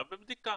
חייב בבדיקה.